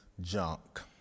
junk